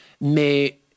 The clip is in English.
mais